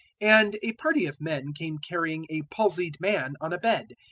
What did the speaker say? and a party of men came carrying a palsied man on a bed,